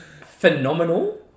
phenomenal